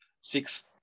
six